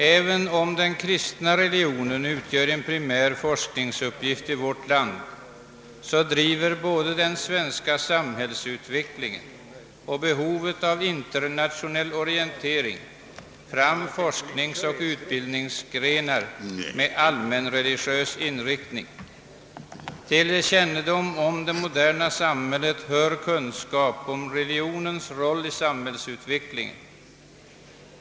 även om den kristna religionen utgör en primär forskningsuppgift i vårt land driver både den svenska samhällsutvecklingen och behovet av internationell orientering fram forskningsoch utbildningsgrenar med allmänreligiös inriktning. Till kännedom om det moderna samhället hör kunskap om religionens roll i samhällsutvecklingen.